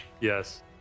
Yes